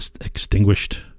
extinguished